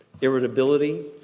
irritability